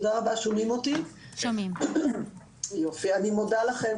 אני מודה לכם.